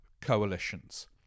coalitions